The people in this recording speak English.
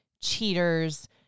cheaters